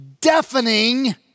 Deafening